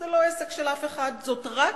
זה לא עסק של אף אחד, זאת "רק"